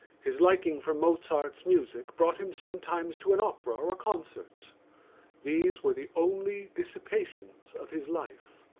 his liking for mozart's music brought him sometimes to an opera or a concert these were the only dissipations of his life.